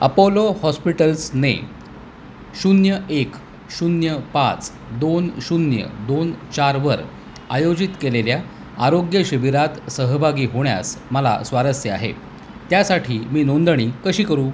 Apollo हॉस्पिटल्सने शून्य एक शून्य पाच दोन शून्य दोन चारवर आयोजित केलेल्या आरोग्यशिबिरात सहभागी होण्यास मला स्वारस्य आहे त्यासाठी मी नोंदणी कशी करू